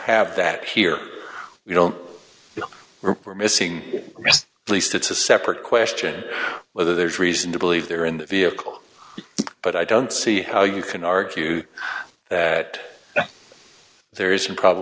have that here we don't know we're missing rest least it's a separate question whether there's reason to believe they're in the vehicle but i don't see how you can argue that there isn't probabl